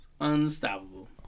Unstoppable